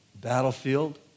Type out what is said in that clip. battlefield